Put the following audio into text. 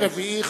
רביעי,